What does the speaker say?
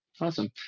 Awesome